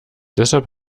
deshalb